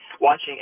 watching